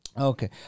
Okay